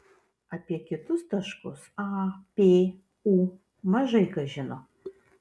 apie kitus taškus a p u mažai kas žino